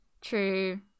true